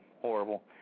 horrible